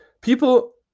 people